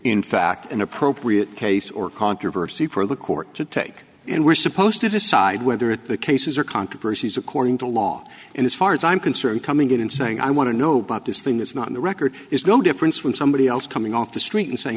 in fact an appropriate case or controversy for the court to take and we're supposed to decide whether it the cases or controversies according to law and as far as i'm concerned coming in and saying i want to know about this thing that's not in the record is no difference from somebody else coming off the street and saying